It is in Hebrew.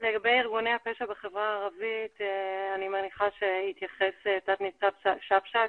לגבי ארגוני פשע בחברה הערבית אני מניחה שיתייחס תת ניצן שפשק,